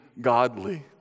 godly